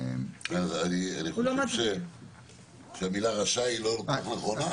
אני חושב שהמילה רשאי היא לא כל כך נכונה.